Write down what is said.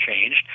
changed